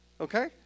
okay